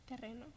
terreno